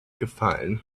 gefallen